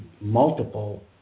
multiple